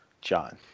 John